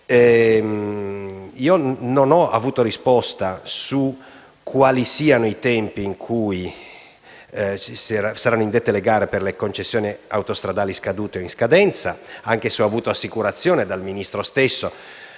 Non ho avuto risposta su quali siano i tempi nei quali saranno indette le gare per le concessioni autostradali scadute o in scadenza, anche se ho avuto assicurazione dal Ministro stesso,